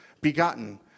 Begotten